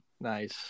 Nice